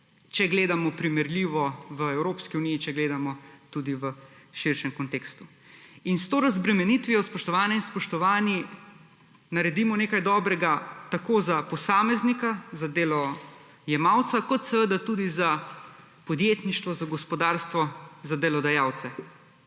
če gledamo primerljivo v Evropski uniji, če gledamo tudi v širšem kontekstu. S to razbremenitvijo, spoštovane in spoštovani, naredimo nekaj dobrega tako za posameznika, za delojemalca kot seveda tudi podjetništvo, za gospodarstvo, za delodajalce.